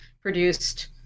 produced